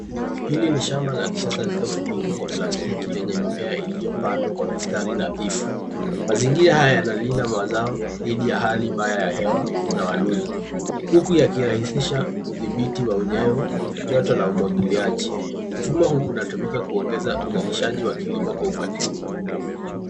Hili ni shamba la kisasa likiofunikwa Kwa plastiki lenye mimea iliyopandwa Kwa mistari nadhifu. Mazingira haya yanalinda mazao dhidi ya hali mbaya ya hewa na wadudu, huku yakirahisisha udhibiti wa unyevu, joto na umwagiliaji. Mfumo huu unatumika kuongeza uzalishaji wa kilimo Kwa uzalishaji mkubwa.